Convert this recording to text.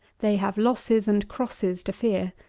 they have losses and crosses to fear,